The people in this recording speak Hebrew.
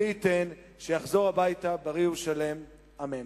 מי ייתן שיחזור הביתה בריא ושלם, אמן.